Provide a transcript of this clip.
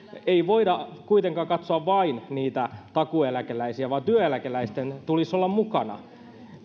ei voida kuitenkaan katsoa vain takuueläkeläisiä vaan työeläkeläisten tulisi olla mukana